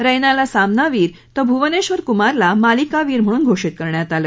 रैनाला सामनावीर तर भुवनेश्वर कुमारला मालिका वीर म्हणून घोषित करण्यात आलं